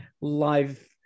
live